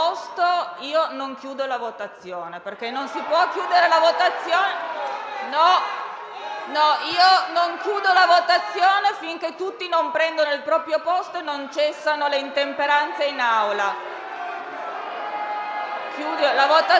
io non chiudo la votazione finché tutti non prendono il proprio posto e non cessano le intemperanze in Aula.